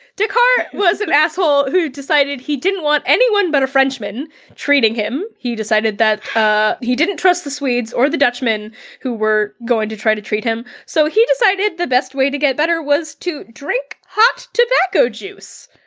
descartes was an asshole who decided he didn't want anyone but a frenchman treating him. he decided that ah he didn't trust the swedes or the dutchmen who were going to try to treat him so he decided the best way to get better was to drink hot tobacco juice.